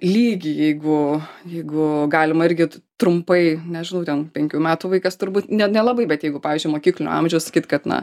lygį jeigu jeigu galima irgi trumpai nežinau ten penkių metų vaikas turbūt nelabai bet jeigu pavyzdžiui mokyklinio amžiaus sakyt kad na